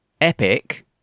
epic